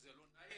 זה לא נעים.